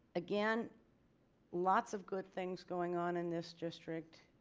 again lots of good things going on in this district.